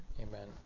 Amen